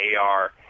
AR